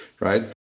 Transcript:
Right